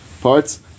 parts